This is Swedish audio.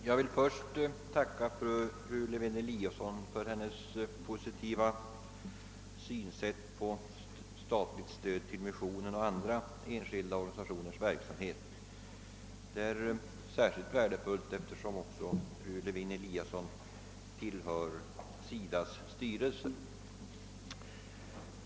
Herr talman! Jag vill tacka fru Lewén-Eliasson för hennes positiva syn på statligt stöd till missionen och till andra enskilda organisationers verksamhet. Fru Lewén-Eliassons inställning är särskilt värdefull eftersom hon tillhör SIDAS:s styrelse.